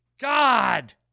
God